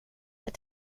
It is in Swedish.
det